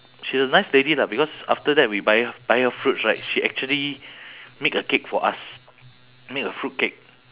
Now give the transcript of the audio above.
she's a nice lady lah because after that we buy buy her fruits right she actually make a cake for us make a fruit cake